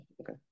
Okay